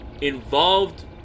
involved